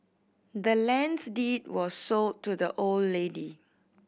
the land's deed was sold to the old lady